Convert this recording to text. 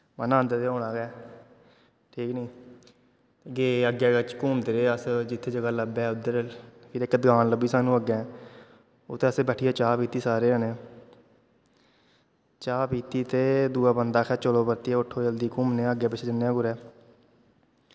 महां नन्द ते होना गै ठीक ऐ निं ते गे अग्गें घूमदे रेह् अस जित्थें जगह् लब्भै उद्धर फिर इक दकान लब्भी सानूं अग्गें उत्थें असें बैठियै चाह् पीती सारें जनें चाह् पीती ते दूआ बंदा आक्खै चलो परतियै उट्ठो घूमने आं अग्गें पिच्छें जन्ने आं कुतै